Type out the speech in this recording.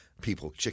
people